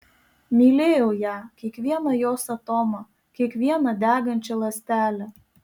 mylėjau ją kiekvieną jos atomą kiekvieną degančią ląstelę